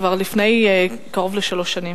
כבר לפני קרוב לשלוש שנים.